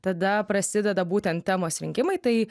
tada prasideda būtent temos rinkimai tai